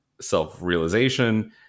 self-realization